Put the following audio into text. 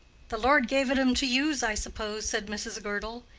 the lord gave it em to use, i suppose, said mrs. girdle.